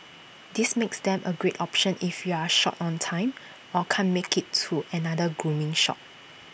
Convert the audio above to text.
this makes them A great option if you're short on time or can't make IT to another grooming shop